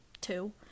two